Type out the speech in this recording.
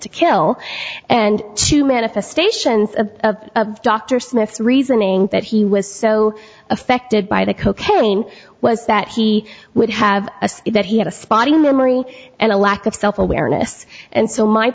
to kill and to manifestations a doctor sniffs reasoning that he was so affected by the cocaine was that he would have that he had a spotting memory and a lack of self awareness and so my